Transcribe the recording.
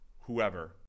whoever